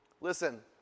Listen